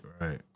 right